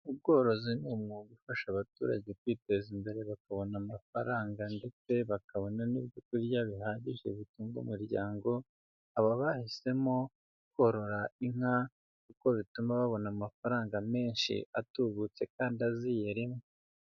Ubworozi ni umwuga ufasha abaturage kwiteza imbere bakabona amafaranga, ndetse bakabona n'ibyokurya bihagije bitunga umuryango, baba bahisemo korora inka, kuko bituma babona amafaranga menshi atubutse kandi aziye rimwe.